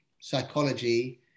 psychology